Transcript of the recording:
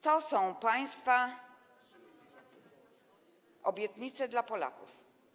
To są państwa obietnice dla Polaków.